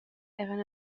eran